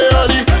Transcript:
early